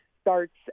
starts